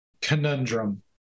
conundrum